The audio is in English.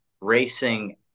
racing